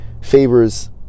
favors